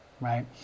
Right